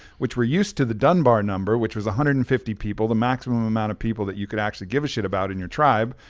which were used to the dunbar number, which was one hundred and fifty people, the maximum amount of people that you could actually give a shit about in your tribe,